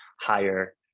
higher